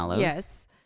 Yes